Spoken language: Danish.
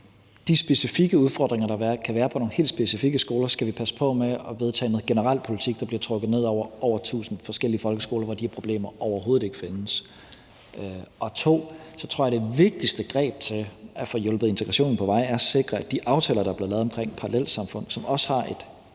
De specifikke udfordringer, der kan være på nogle helt specifikke skoler, skal vi passe på med at vedtage noget generel politik på baggrund af, der bliver trukket ned over hovedet på tusind forskellige folkeskoler, hvor de her problemer overhovedet ikke findes, og 2) jeg tror, at det vigtigste greb til at få hjulpet integrationen på vej er at sikre, at de aftaler, der er blevet lavet, omkring parallelsamfund, og som også har en